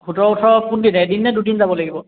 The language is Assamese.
সোতৰ ওঠৰ কোনদিনা এদিন নে দুদিন যাব লাগিব